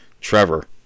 Trevor